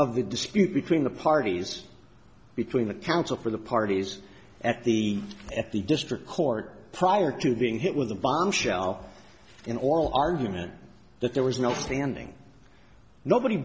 of the dispute between the parties between the counsel for the parties at the at the district court prior to being hit with the bombshell in oral argument that there was no standing nobody